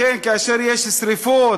לכן כאשר יש שרפות,